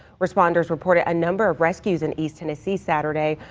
responders reported a number of rescues in east tennessee saturday,